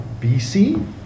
BC